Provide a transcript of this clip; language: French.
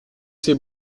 c’est